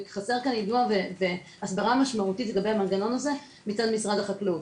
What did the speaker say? וחסר יידוע והסדרה משמעותית לגבי המנגנון הזה מטעם משרד החקלאות.